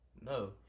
No